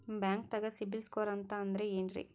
ಬ್ಯಾಂಕ್ದಾಗ ಸಿಬಿಲ್ ಸ್ಕೋರ್ ಅಂತ ಅಂದ್ರೆ ಏನ್ರೀ?